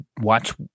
watch